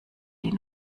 die